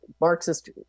Marxist